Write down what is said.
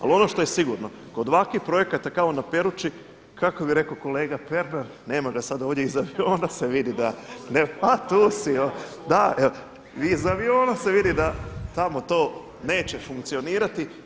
Ali ono što je sigurno kod ovakvih projekata kao na Perući, kako bi rekao kolega Pernar, nema ga sada ovdje, onda se vidi da, [[Upadica Pernar: Tu sam, tu sam …]] Da, iz aviona se vidi da tamo to neće funkcionirati.